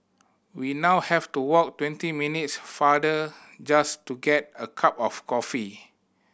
we now have to walk twenty minutes farther just to get a cup of coffee